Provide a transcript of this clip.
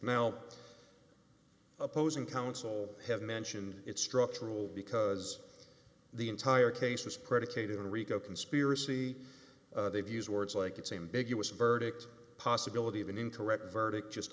now opposing counsel have mention its structural because the entire case was predicated on a rico conspiracy they've used words like that same big us verdict possibility of an incorrect verdict just